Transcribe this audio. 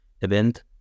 event